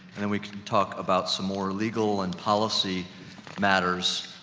and then we can talk about some more legal and policy matters,